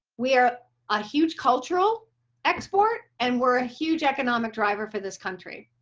we are a huge cultural export and we're a huge economic driver for this country.